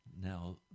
now